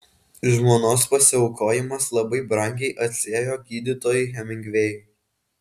žmonos pasiaukojimas labai brangiai atsiėjo gydytojui hemingvėjui